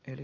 heli